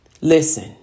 Listen